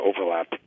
overlap